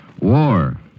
War